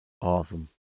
Awesome